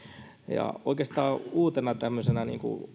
oikeastaan uusi tämmöinen